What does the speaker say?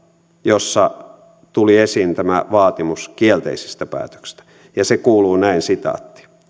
jossa tuli esiin tämä vaatimus kielteisistä päätöksistä ja se kuuluu näin